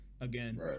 Again